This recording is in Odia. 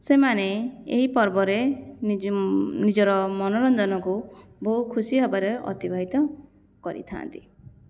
ସେମାନେ ଏହି ପର୍ବରେ ନିଜର ମୋନରଞ୍ଜନକୁ ବହୁ ଖୁସି ହବାରେ ଅତିବାହିତ କରିଥାନ୍ତି